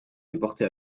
déporté